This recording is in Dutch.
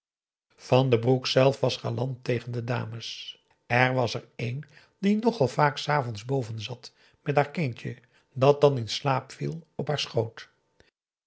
van den broek zelf was galant tegen de dames er was er een die nogal vaak s avonds boven zat met haar kindje dat dan in slaap viel op haar schoot